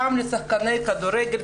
גם לשחקני כדורגל,